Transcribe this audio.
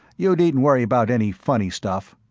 you needn't worry about any funny stuff.